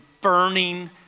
burning